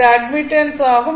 இது அட்மிட்டன்ஸ் ஆகும்